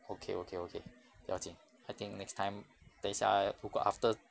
okay okay okay 不要紧 I think next time 等一下如果 after